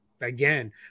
Again